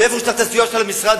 איפה שצריך סיוע של המשרד,